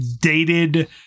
dated